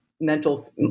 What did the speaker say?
mental